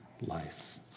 life